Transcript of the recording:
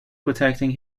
protecting